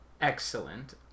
Excellent